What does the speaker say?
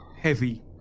heavy